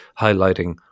highlighting